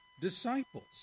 disciples